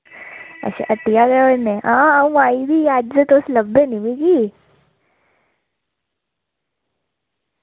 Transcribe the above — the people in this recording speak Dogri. अच्छा हट्टिया गै होन्ने हां अं'ऊ आई दी अज्ज तुस लब्भे निं मिगी